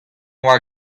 doa